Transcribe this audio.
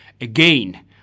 again